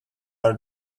are